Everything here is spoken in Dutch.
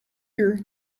uur